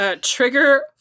trigger